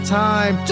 time